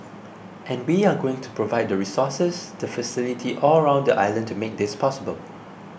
and we are going to provide the resources the facility all around the island to make this possible